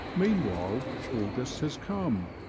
meanwhile august has come,